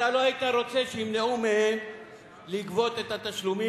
אתה לא היית רוצה שימנעו מהם לגבות את התשלומים,